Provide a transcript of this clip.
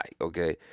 Okay